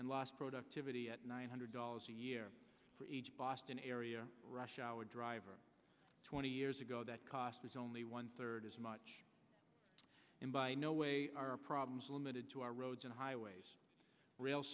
and lost productivity at nine hundred dollars a year for each boston area rush hour driver twenty years ago that cost is only one third as much and by no way our problems are limited to our roads and highways r